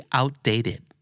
outdated